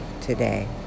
today